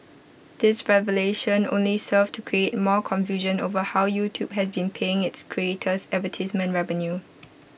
this revelation only served to create more confusion over how YouTube has been paying its creators advertisement revenue